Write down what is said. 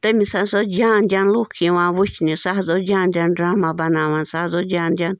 تٔمِس ہسا ٲس جان جان لوٗکھ یِوان وٕچھنہِ سُہ حظ اوس جان جان ڈرامہ بَناوان سُہ حظ اوس جان جان